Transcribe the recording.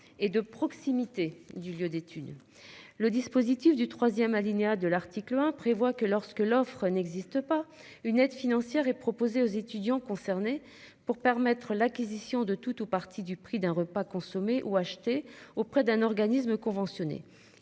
et de proximité du lieu d'études. Le dispositif du 3ème alinéa de l'article 1 prévoit que lorsque l'offre n'existe pas une aide financière et proposer aux étudiants concernés pour permettre l'acquisition de tout ou partie du prix d'un repas consommé ou acheté auprès d'un organisme conventionné.